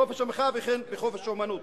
בחופש המחאה וכן בחופש האמנות.